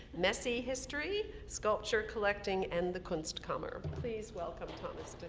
messy history? sculpture collecting and the kunstkammer. please welcome thomas